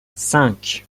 cinq